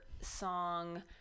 song